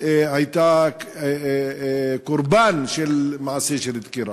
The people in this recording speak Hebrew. הייתה קורבן של מעשה של דקירה.